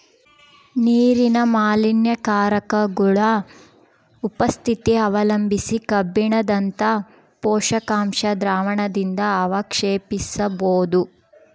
ನೀರಿನ ಮಾಲಿನ್ಯಕಾರಕಗುಳ ಉಪಸ್ಥಿತಿ ಅವಲಂಬಿಸಿ ಕಬ್ಬಿಣದಂತ ಪೋಷಕಾಂಶ ದ್ರಾವಣದಿಂದಅವಕ್ಷೇಪಿಸಬೋದು